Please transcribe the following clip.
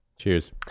Cheers